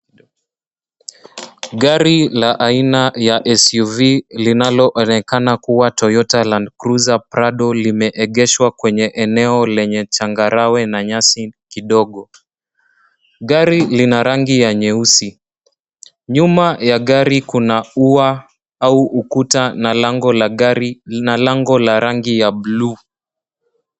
Gari la aina ya SUV linaloonekana kuwa Toyota Land cruiser SUV linaloonekana kuwa Toyota Land Cruiser Prado limeegeshwa kwenye eneo lenye changarawe na nyasi kidogo. Gari lina rangi ya nyeusi. Nyuma ya gari kuna ua au ukuta na lango la gari lina lango la rangi ya buluu.